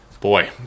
boy